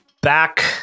Back